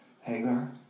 Hagar